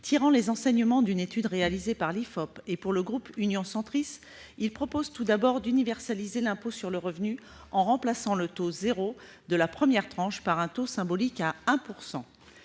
Tirant les enseignements d'une étude réalisée par l'IFOP pour le groupe Union Centriste, il tend tout d'abord à universaliser l'impôt sur le revenu en remplaçant le taux 0 % de la première tranche par un taux symbolique à 1 %.